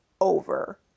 over